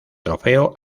trofeo